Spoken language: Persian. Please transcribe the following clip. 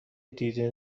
دیده